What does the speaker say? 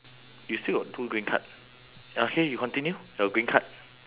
you still got two green card okay you continue your green card